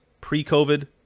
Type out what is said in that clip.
pre-COVID